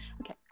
Okay